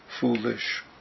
foolish